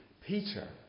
Peter